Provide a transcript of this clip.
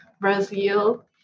Brazil